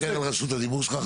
חכה לרשות הדיבור שלך.